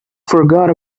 forgot